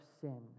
sin